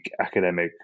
academic